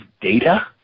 data